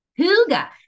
Huga